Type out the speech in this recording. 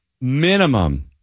minimum